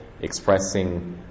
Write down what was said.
expressing